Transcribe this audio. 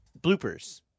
bloopers